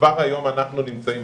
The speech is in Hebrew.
כבר היום אנחנו נמצאים,